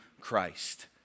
Christ